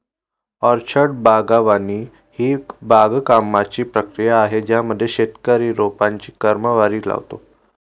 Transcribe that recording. orchard बागवानी ही बागकामाची प्रक्रिया आहे ज्यामध्ये शेतकरी रोपांची क्रमवारी लावतो